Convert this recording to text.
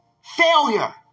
failure